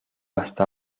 hasta